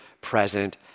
present